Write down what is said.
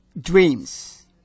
dreams